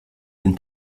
den